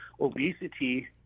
obesity